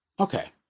Okay